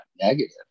negative